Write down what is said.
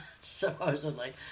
Supposedly